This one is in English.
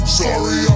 sorry